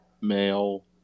male